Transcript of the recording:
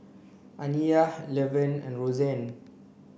Aniyah Levern and Rozanne